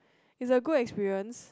is a good experience